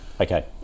Okay